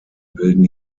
bilden